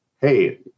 hey